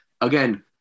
again